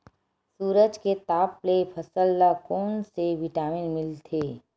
सूरज के ताप ले फसल ल कोन ले विटामिन मिल थे?